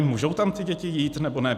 Můžou tam ty děti jít, nebo ne?